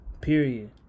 Period